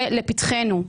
זה לפתחנו.